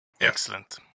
Excellent